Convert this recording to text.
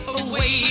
away